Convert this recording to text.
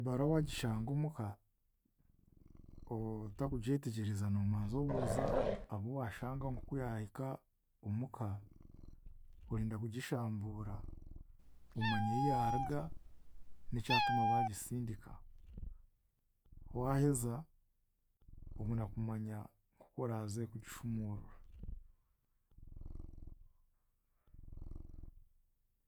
Ebaruha waagishanga omuka otakugyetegyereza noomanza obuuza abu waashangamu oku yaahika omuka, orinda kugishambuura kumanya ehi yaaruga n'ekyatuma baagisindika. Waaheza obona kumanya okworaaze kugishumuurura.